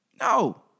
No